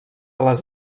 les